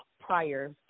prior